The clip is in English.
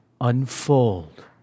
unfold